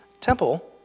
Temple